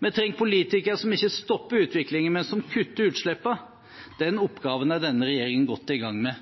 Vi trenger politikere som ikke stopper utviklingen, men som kutter utslippene. Den oppgaven er denne regjeringen godt i gang med.